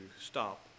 stop